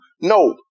No